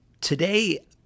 Today